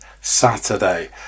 Saturday